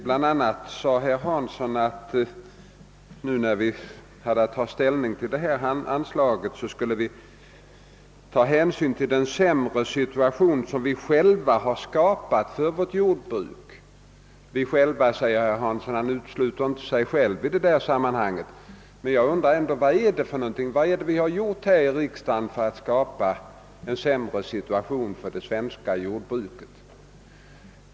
Herr Hansson sade bl a. att när vi nu skall ta ställning till detta anslag bör vi ta hänsyn till den sämre situation, som vi själva har skapat för jordbruket — »vi själva», han uteslöt således inte sig själv i det sammanhanget. Men jag undrar ändå vad vi här i riksdagen egentligen har gjort för att skapa en sämre situation för det svenska jordbruket.